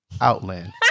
Outland